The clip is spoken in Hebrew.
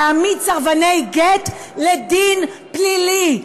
להעמיד סרבני גט לדין פלילי.